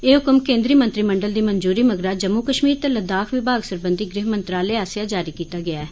एह हुकम केन्द्रीय मंत्रिमंडल दी मंजूरी मगरा जम्मू कश्मीर ते लद्दाख विभाग सरबंधी गृह मंत्रालय पास्सैआ जारी कीता गेआ ऐ